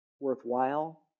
worthwhile